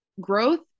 growth